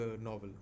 novel